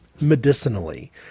medicinally